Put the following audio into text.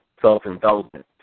self-indulgence